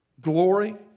Glory